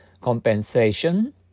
compensation